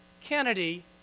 Kennedy